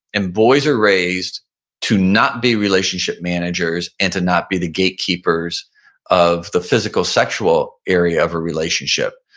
and boys are raised to not be relationship managers and to not be the gatekeepers of the physical, sexual area of a relationship.